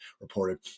reported